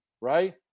Right